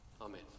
Amen